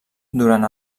durant